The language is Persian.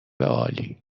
عالی